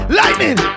lightning